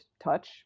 touch